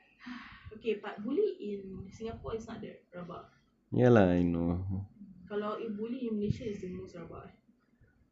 !huh! okay part buli in singapore is not that rabak hmm kalau buli in malaysia is the most rabak eh